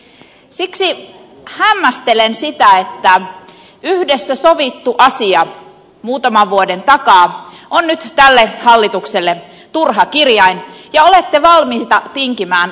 siksi hämmästelen sitä että yhdessä sovittu asia muutaman vuoden takaa on nyt tälle hallitukselle turha kirjain ja olette valmiita tinkimään vuorotteluvapaajärjestelmästä